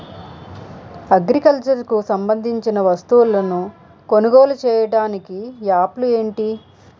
Agriculture కు సంబందించిన వస్తువులను కొనుగోలు చేయటానికి యాప్లు ఏంటి?